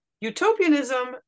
Utopianism